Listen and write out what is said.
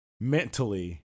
mentally